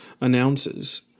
announces